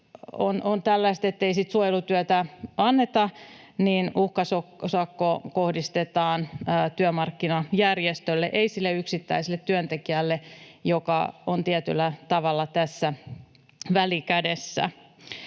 on tällaista, ettei suojelutyötä anneta, niin uhkasakko kohdistetaan työmarkkinajärjestöille, ei sille yksittäiselle työntekijälle, joka on tässä tietyllä tavalla välikädessä.